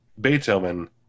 Beethoven